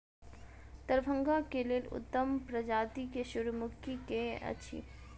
दरभंगा केँ लेल उत्तम प्रजाति केँ सूर्यमुखी केँ अछि?